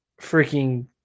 freaking